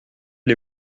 les